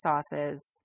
sauces